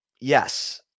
Yes